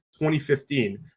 2015